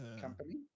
company